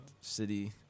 city